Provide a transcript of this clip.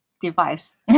device